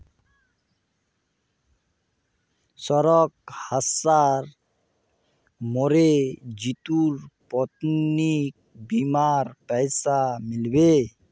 सड़क हादसात मरे जितुर पत्नीक बीमार पैसा मिल बे